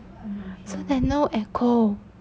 so that no echo